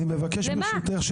אני מבקש ברשותך,